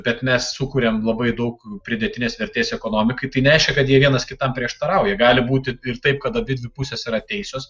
bet mes sukuriam labai daug pridėtinės vertės ekonomikai tai nereiškia kad jie vienas kitam prieštarauja gali būti ir taip kad abidvi pusės yra teisios